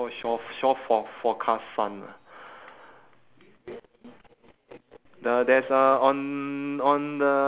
maybe never mind lah or the can you go on to the !aiyo! there is this signboard called shore f~ shore f~ forecast sun lah